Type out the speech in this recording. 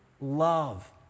love